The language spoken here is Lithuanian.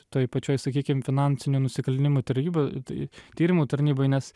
toj pačioj sakykim finansinių nusikalnimų taryba tai tyrimų tarnyboj nes